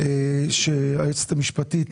היועצת המשפטית .